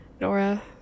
Nora